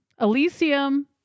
Elysium